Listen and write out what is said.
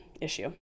issue